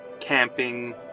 camping